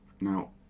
Now